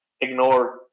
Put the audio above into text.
ignore